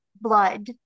blood